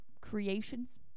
creations